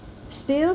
still